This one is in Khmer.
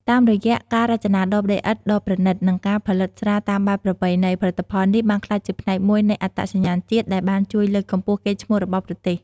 តាមរយៈការរចនាដបដីឥដ្ឋដ៏ប្រណិត និងការផលិតស្រាតាមបែបប្រពៃណី ផលិតផលនេះបានក្លាយជាផ្នែកមួយនៃអត្តសញ្ញាណជាតិ ដែលបានជួយលើកកម្ពស់កេរ្តិ៍ឈ្មោះរបស់ប្រទេស។